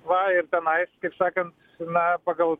va ir tenais kaip sakant na pagal